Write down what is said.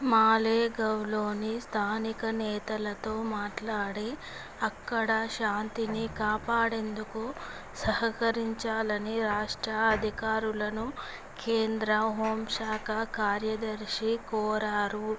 మాలేగవ్లోని స్థానిక నేతలతో మాట్లాడి అక్కడ శాంతిని కాపాడేందుకు సహకరించాలని రాష్ట్ర అధికారులను కేంద్ర హోంశాఖ కార్యదర్శి కోరారు